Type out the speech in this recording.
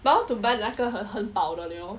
but I want to buy 那个很很薄的那种